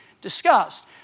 discussed